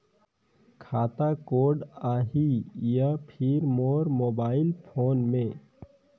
खाता कोड आही या फिर मोर मोबाइल फोन मे?